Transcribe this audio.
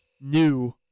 new